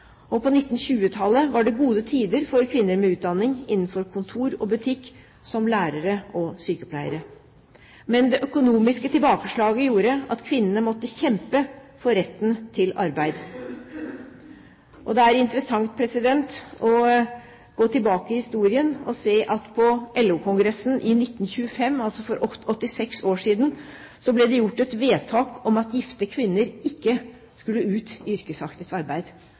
På 1920-tallet var det gode tider for kvinner med utdanning innenfor kontor og butikk, som lærere og sykepleiere. Men det økonomiske tilbakeslaget gjorde at kvinnene måtte kjempe for retten til arbeid. Det er interessant å gå tilbake i historien og se at på LO-kongressen i 1925, altså for 86 år siden, ble det gjort et vedtak om at gifte kvinner ikke skulle ut i yrkesaktivt arbeid.